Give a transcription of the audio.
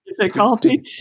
difficulty